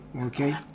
Okay